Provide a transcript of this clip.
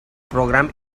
program